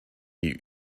die